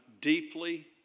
deeply